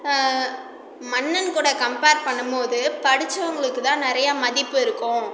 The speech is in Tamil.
மன்னன் கூட கம்பேர் பண்ணும்போது படித்தவங்களுக்கு தான் நிறையா மதிப்பிருக்கும்